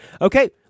Okay